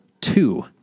Two